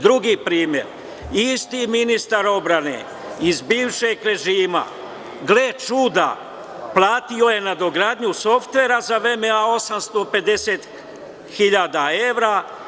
Drugi primer, isti ministar odbrane iz bivšeg režima, gle čuda, platio je nadogradnju softvera za VMA 850.000 evra.